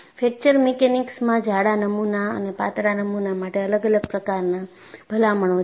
fracture મિકેનિક્સમાં જાડા નમુના અને પાતળા નમુના માટે અલગ અલગ પ્રકારના ભલામણો છે